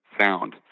sound